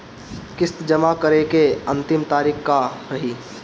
किस्त जमा करे के अंतिम तारीख का रही?